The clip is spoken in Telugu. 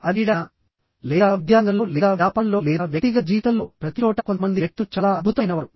అది క్రీడ అయినా లేదా విద్యారంగంలో లేదా వ్యాపారంలో లేదా వ్యక్తిగత జీవితంలో ప్రతిచోటా కొంతమంది వ్యక్తులు చాలా అద్భుతమైనవారు